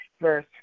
Verse